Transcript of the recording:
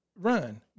Run